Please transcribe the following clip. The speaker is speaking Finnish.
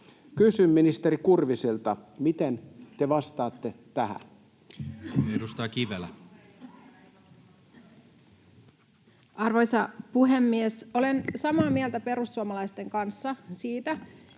Kysyn ministeri Kurviselta: miten te vastaatte tähän? Edustaja Kivelä. Arvoisa puhemies! Olen samaa mieltä perussuomalaisten kanssa siitä,